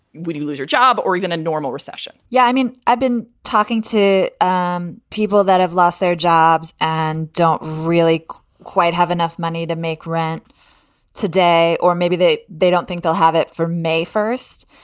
would you lose your job or even a normal recession? yeah. i mean, i've been talking to um people that have lost their jobs and don't really quite have enough money to make rent today. or maybe they they don't think they'll have it for may first.